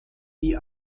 die